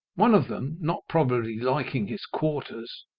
one of them, not probably liking his quarters,